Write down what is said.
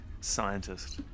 scientist